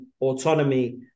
autonomy